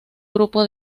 grupo